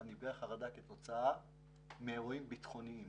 אבל רק כתוצאה מאירועים ביטחוניים.